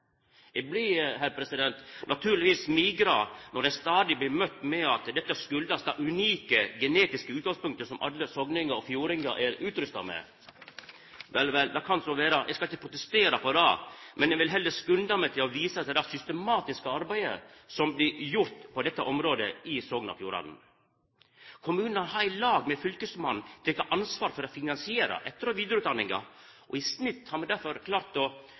Eg blir naturlegvis smigra når ein stadig blir møtt med at dette har si årsak i det unike, genetiske utgangspunktet som alle sogningane og fjordingane er utrusta med! Vel, det kan så vera. Eg skal ikkje protestera på det, men eg vil heller skunda meg å visa til det systematiske arbeidet som blir gjort på dette området i Sogn og Fjordane. Kommunane har i lag med fylkesmannen teke ansvar for å finansiere etter- og vidareutdanninga. I snitt har me difor klart